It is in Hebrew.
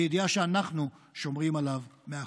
בידיעה שאנחנו שומרים עליו מאחור.